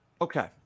Okay